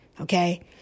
okay